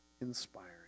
inspiring